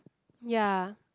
ya